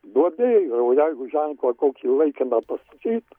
duobė yra o jeigu ženklą kokį laikiną pastatytų